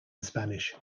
spanish